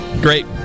Great